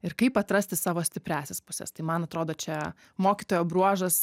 ir kaip atrasti savo stipriąsias puses tai man atrodo čia mokytojo bruožas